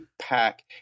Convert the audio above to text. pack